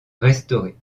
restaurés